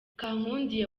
kankundiye